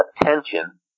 attention